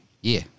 year